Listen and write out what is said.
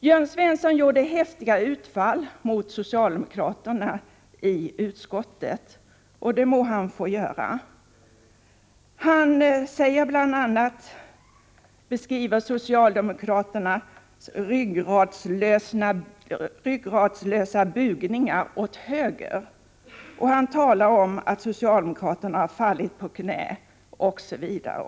Jörn Svensson gjorde häftiga utfall mot socialdemokraterna i utskottet, och det må han få göra. Han talade bl.a. om socialdemokraternas ryggradslösa bugningar åt höger, om att socialdemokraterna fallit på knä, osv.